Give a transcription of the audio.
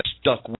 stuck